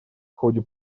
ходе